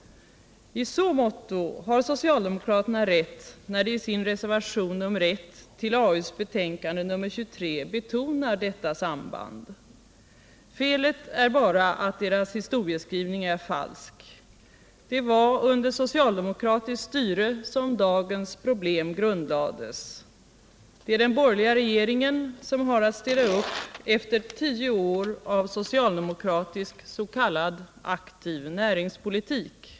I så måtto har socialdemokraterna rätt när de i sin reservation nr 1 till arbetsmarknadsutskottets betänkande nr 23 betonar detta samband. Felet är bara att deras historieskrivning är falsk. Det var under socialdemokratiskt styre som dagens problem grundlades. Det är den borgerliga regeringen som har att städa upp efter tio år av socialdemokratisk s.k. aktiv näringspolitik.